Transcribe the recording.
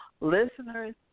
listeners